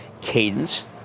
Cadence